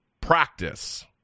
practice